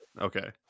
Okay